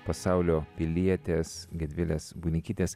pasaulio pilietės gedvilės bunikytės